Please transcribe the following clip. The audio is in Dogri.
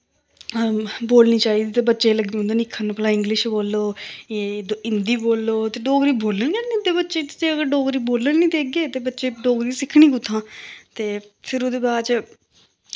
बोलनी चाहिदा ते बच्चें गी लग्गी पौंदे निक्खरन कि भला इंग्लिश बोल्लो हिन्दी एह् इद्धर हिन्दी बोल्लो ते डोगरी बोलन गै नी दिंदे बच्चे गी जे अगर डोगरी बोलन नी देगे ते बच्चें डोगरी सिक्खनी कुत्थां ते फिर ओह्दे बाद च